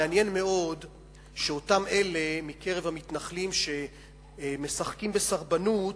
מעניין מאוד שאותם אלה מקרב המתנחלים שמשחקים בסרבנות